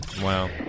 Wow